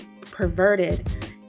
perverted